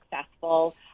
successful